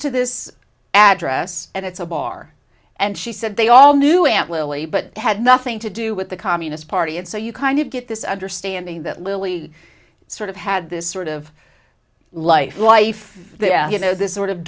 to this address and it's a bar and she said they all knew aunt lily but had nothing to do with the communist party and so you kind of get this understanding that lily sort of had this sort of life life you know this sort of